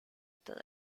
todo